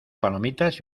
palomitas